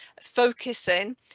focusing